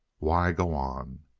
why go on?